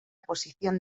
posición